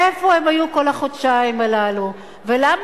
איפה הם היו כל החודשיים הללו ולמה